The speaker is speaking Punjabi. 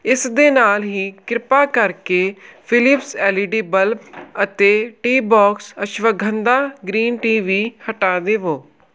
ਇਸ ਦੇ ਨਾਲ ਹੀ ਕਿਰਪਾ ਕਰਕੇ Philips L E D bulb ਅਤੇ ਟੀਬੋਕਸ ਅਸ਼ਵਗੰਧਾ ਗ੍ਰੀਨ ਟੀ ਵੀ ਹਟਾ ਦੇਵੋ